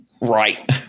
right